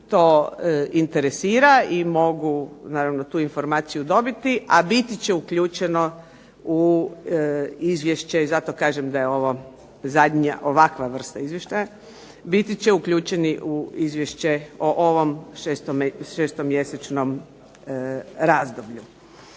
to interesira i mogu, naravno, tu informaciju dobiti. A biti će uključeno u izvješće i zato kažem da je ovo zadnja ovakva vrsta izvještaja, biti će uključeni u izvješće o ovom 6-mjesečnom razdoblju.